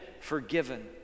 forgiven